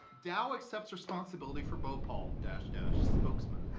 dow accepts responsibility for bhopal, dash, dash, spokesman.